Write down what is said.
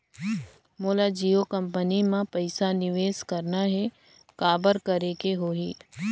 मोला जियो कंपनी मां पइसा निवेश करना हे, काबर करेके होही?